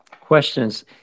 questions